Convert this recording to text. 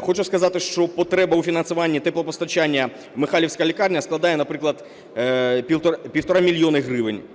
Хочу сказати, що потреба у фінансуванні теплопостачання Михайлівської лікарні складає, наприклад, 1,5 мільйона гривень,